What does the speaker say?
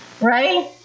Right